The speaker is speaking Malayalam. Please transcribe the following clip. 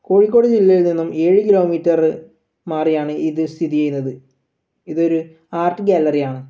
കോഴിക്കോട് ജില്ലയിൽ നിന്നും ഏഴു കിലോ മീറ്റർ മാറിയാണ് ഇത് സ്ഥിതിചെയ്യുന്നത് ഇതൊരു ആർട്ട് ഗ്യാലറിയാണ്